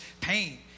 pain